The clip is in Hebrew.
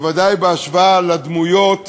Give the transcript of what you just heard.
בוודאי בהשוואה לדמויות